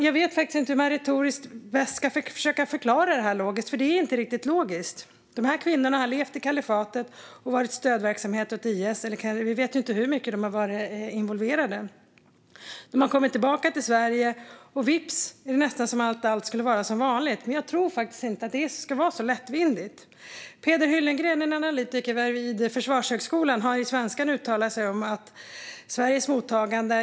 Jag vet inte hur man retoriskt bäst ska försöka förklara det här logiskt, för det är inte riktigt logiskt. Dessa kvinnor har levt i kalifatet och varit stödverksamhet åt IS. Vi vet ju inte hur mycket de har varit involverade. De har kommit tillbaka till Sverige, och vips är det nästan som om allt skulle vara som vanligt. Men jag tror faktiskt inte att det ska vara så lättvindigt. Peder Hyllengren, analytiker vid Försvarshögskolan, har i Svenskan uttalat sig om Sveriges mottagande.